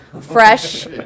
fresh